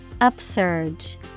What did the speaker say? Upsurge